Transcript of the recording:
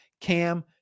Cam